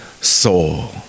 soul